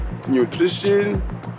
Nutrition